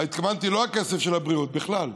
לא התכוונתי לכסף של הבריאות, בכלל.